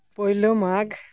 ᱯᱳᱭᱞᱳ ᱢᱟᱜᱽ